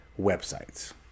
websites